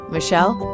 Michelle